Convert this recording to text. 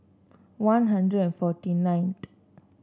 One Hundred and forty nine